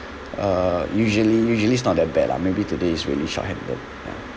uh usually usually it's not that bad lah maybe today is really shorthanded ya